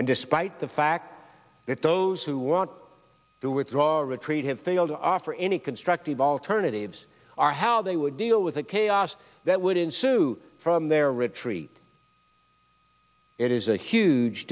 and despite the fact that those who want to withdraw our retreat have failed to offer any constructive alternatives are how they would deal with the chaos that would ensue from their retreat it is a huge